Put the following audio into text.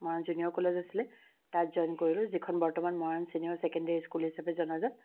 Moran junior college আছিলে তাত join কৰিলোঁ যিখন বৰ্তমান মৰাণ চিনিয়ৰ চেকেণ্ডেৰী স্কুল হিচাপে জনাজাত